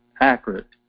accurate